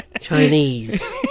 Chinese